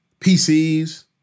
PCs